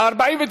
לא נתקבלה.